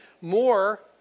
more